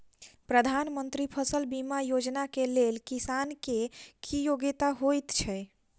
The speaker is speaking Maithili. प्रधानमंत्री फसल बीमा योजना केँ लेल किसान केँ की योग्यता होइत छै?